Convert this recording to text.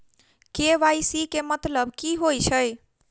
KYC केँ मतलब की होइ छै?